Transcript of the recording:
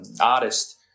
artist